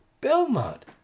Belmont